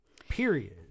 period